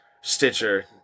Stitcher